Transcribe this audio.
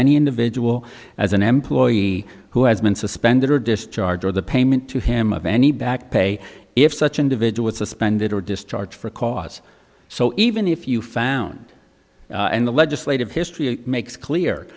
any individual as an employee who has been suspended or discharge or the payment to him of any back pay if such individuals suspended or discharge for cause so even if you found in the legislative history makes clear